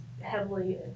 heavily